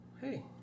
Hey